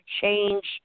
change